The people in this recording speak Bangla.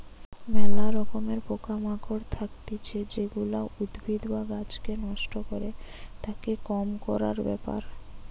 ম্যালা রকমের পোকা মাকড় থাকতিছে যেগুলা উদ্ভিদ বা গাছকে নষ্ট করে, তাকে কম করার ব্যাপার